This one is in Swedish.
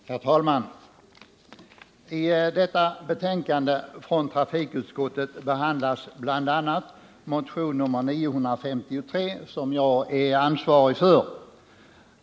Herr talman! I detta betänkande från trafikutskottet behandlas bl.a. motion nr 953, som jag är ansvarig för.